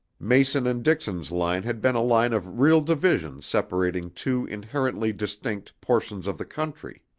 mason and dixon's line had been a line of real division separating two inherently distinct portions of the country.